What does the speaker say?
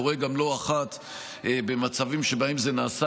זה קורה גם לא אחת במצבים שבהם זה נעשה